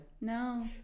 no